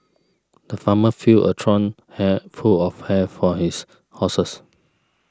the farmer filled a trough hay full of hay for his horses